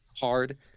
hard